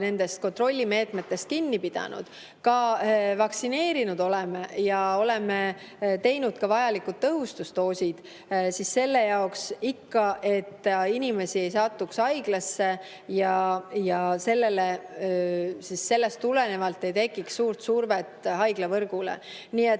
oleme ka kontrollimeetmetest kinni pidanud, ka vaktsineerinud oleme ja oleme teinud vajalikud tõhustusdoosid, seda ka selle jaoks, et inimesed ei satuks haiglasse ja sellest tulenevalt ei tekiks suurt survet haiglavõrgule. Nii et